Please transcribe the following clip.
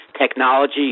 technology